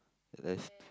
the rest